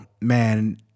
man